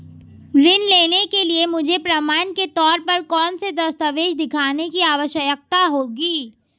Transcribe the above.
ऋृण लेने के लिए मुझे प्रमाण के तौर पर कौनसे दस्तावेज़ दिखाने की आवश्कता होगी?